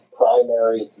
primary